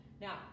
Now